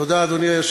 תודה, אדוני.